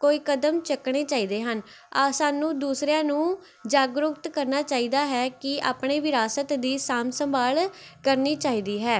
ਕੋਈ ਕਦਮ ਚੱਕਣੇ ਚਾਹੀਦੇ ਹਨ ਅ ਸਾਨੂੰ ਦੂਸਰਿਆਂ ਨੂੰ ਜਾਗਰੂਕ ਕਰਨਾ ਚਾਹੀਦਾ ਹੈ ਕਿ ਆਪਣੇ ਵਿਰਾਸਤ ਦੀ ਸਾਂਭ ਸੰਭਾਲ ਕਰਨੀ ਚਾਹੀਦੀ ਹੈ